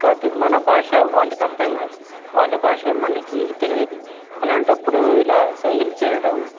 కాకపోతే మన భాష వాళ్లకు అర్థం కాదు వాళ్ల భాష మనకి తెలియదు అలాంటప్పుడు ఇలా సైగలు చేయడం